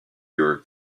your